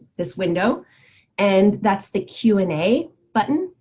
this window and that's the q and a button.